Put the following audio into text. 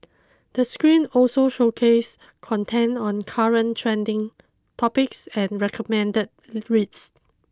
the screen also showcase content on current trending topics and recommended reads